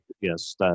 Yes